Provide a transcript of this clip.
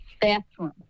bathroom